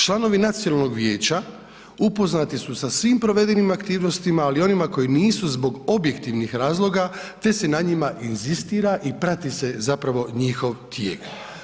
Članovi nacionalnog vijeća upoznati su sa svim provedenim aktivnostima ali i onima koji nisu zbog objektivnih razloga te se na njima inzistira i prati se zapravo njihov tijek.